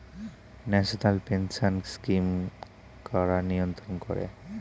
National pension scheme কারা নিয়ন্ত্রণ করে?